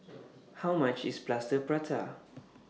How much IS Plaster Prata